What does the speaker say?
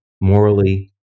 morally